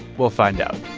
we'll find out